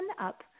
up